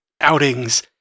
outings